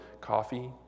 coffee